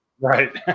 Right